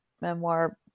memoir